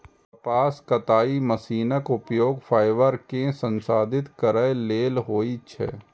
कपास कताइ मशीनक उपयोग फाइबर कें संसाधित करै लेल होइ छै